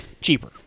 cheaper